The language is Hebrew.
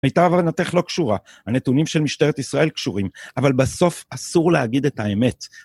הייתה עברנתך לא קשורה, הנתונים של משטרת ישראל קשורים, אבל בסוף אסור להגיד את האמת.